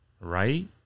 Right